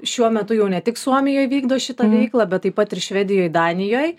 šiuo metu jau ne tik suomijoj vykdo šitą veiklą bet taip pat ir švedijoj danijoj